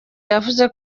yavuze